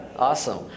Awesome